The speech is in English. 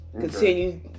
Continue